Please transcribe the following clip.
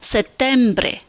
Settembre